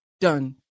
done